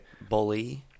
Bully